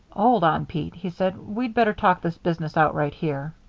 hold on, pete, he said. we'd better talk this business out right here.